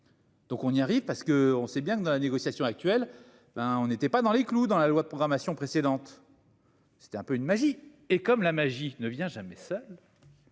Donc on y arrive parce que on sait bien que dans la négociation actuelle hein. On n'était pas dans les clous dans la loi de programmation précédentes. C'était un peu une magie et comme la magie ne vient jamais seul.